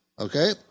Okay